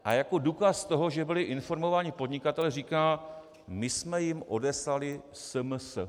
A jako důkaz toho, že byli informováni podnikatelé, říká, my jsme jim odeslali SMS.